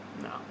no